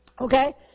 Okay